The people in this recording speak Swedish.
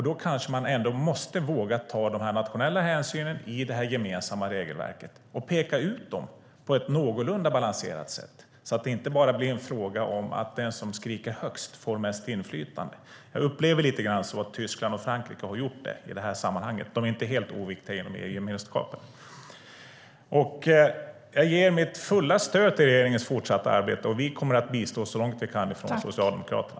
Då måste man våga ta de nationella hänsynen i det gemensamma regelverket och peka ut dem på ett någorlunda balanserat sätt. Det ska inte bara bli en fråga om att den som skriker högst får mest inflytande. Jag upplever det så att Tyskland och Frankrike har gjort det i sammanhanget. De är inte helt oviktiga i EU-gemenskapen. Jag ger mitt fulla stöd till regeringens fortsatta arbete. Vi kommer att bistå så långt vi kan från Socialdemokraterna.